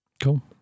cool